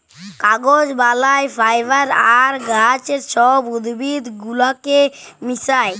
কাগজ বালায় ফাইবার আর গাহাচের ছব উদ্ভিদ গুলাকে মিশাঁয়